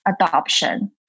adoption